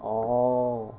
oh